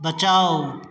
बचाउ